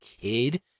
kid